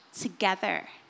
together